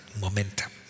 momentum